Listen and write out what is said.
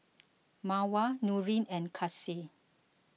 Mawar Nurin and Kasih